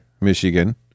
michigan